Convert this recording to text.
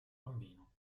bambino